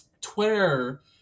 twitter